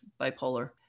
bipolar